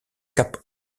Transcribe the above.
cap